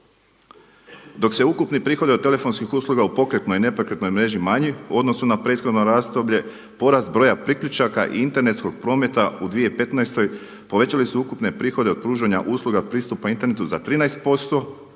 Dok se ukupni prihodi od telefonskih usluga u pokretnoj i nepokretnoj mreži manji u odnosu na prethodno razdoblje porast broja priključaka i internetskog prometa u 2015. povećali su ukupne prihode od pružanja usluga pristupa internetu za 13%,